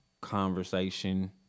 conversation